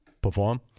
Perform